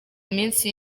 misi